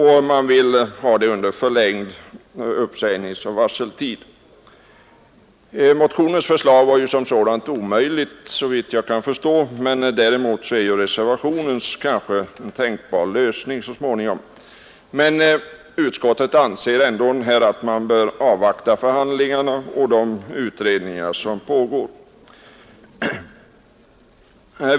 Han vill också ha förlängd uppsägningsoch varseltid. Motionens förslag var ju omöjligt såvitt jag kan förstå, men däremot är reservationens kanske en tänkbar lösning så småningom. Utskottet anser ändå att man bör avvakta förhandlingarna och de utredningar som pågår.